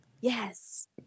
Yes